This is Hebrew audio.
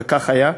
וכך היה,